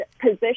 position